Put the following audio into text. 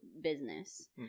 business